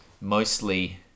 mostly